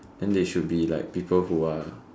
then they should be like people who are